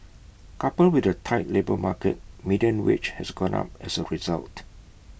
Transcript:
coupled with the tight labour market median wage has gone up as A result